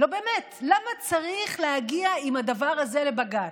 לא, באמת, למה צריך להגיע עם הדבר הזה לבג"ץ?